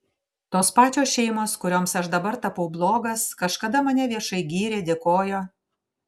tos pačios šeimos kurioms aš dabar tapau blogas kažkada mane viešai gyrė dėkojo